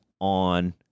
on